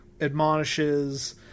admonishes